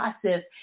process